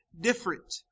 different